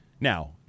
Now